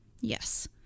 Yes